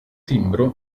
timbro